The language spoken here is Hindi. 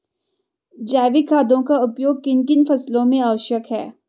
जैविक खादों का उपयोग किन किन फसलों में आवश्यक है?